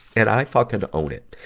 and i fucking own it.